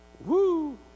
Woo